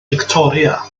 fictoria